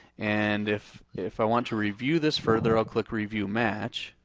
and if if i want to review this further i'll click review match.